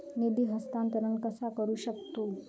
निधी हस्तांतर कसा करू शकतू?